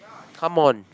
come on